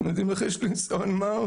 אתם יודעים למה זה ניסיון מר?